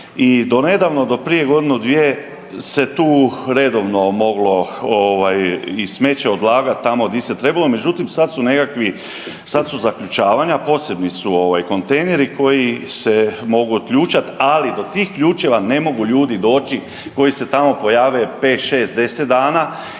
i donedavno do prije godinu dvije se tu redovno moglo ovaj i smeće odlagat tamo di se trebalo, međutim sad su nekakvi, sad su zaključavanja, posebni su ovaj kontejneri koji se mogu otključat, ali do tih ključeva ne mogu ljudi doći koji se tamo pojave 5-6, 10 dana